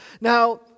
Now